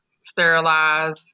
sterilize